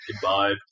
Goodbye